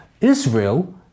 Israel